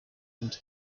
and